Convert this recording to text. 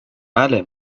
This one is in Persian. بله